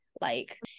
Like-